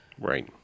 Right